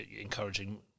encouraging